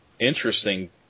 interesting